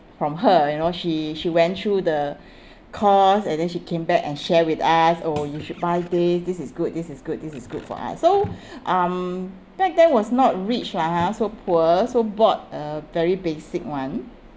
from her you know she she went through the course and then she came back and share with us oh you should buy this this is good this is good this is good for us so um back then was not rich lah ha so poor so bought a very basic one